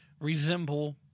resemble